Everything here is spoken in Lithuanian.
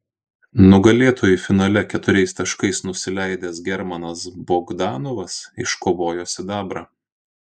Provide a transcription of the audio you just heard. nugalėtojui finale keturiais taškais nusileidęs germanas bogdanovas iškovojo sidabrą